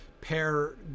pair